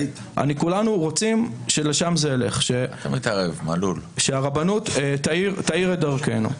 כולנו רוצים שלשם זה ילך, שהרבנות תאיר את דרכנו.